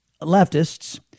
leftists